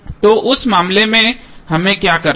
तो उस मामले में हमें क्या करना है